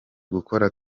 gukora